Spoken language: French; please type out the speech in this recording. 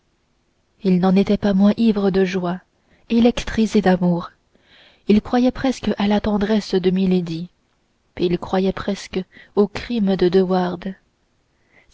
il n'en était pas moins ivre de joie électrisé d'amour il croyait presque à la tendresse de milady il croyait presque au crime de